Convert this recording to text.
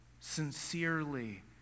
sincerely